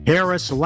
Harris